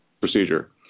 procedure